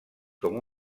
com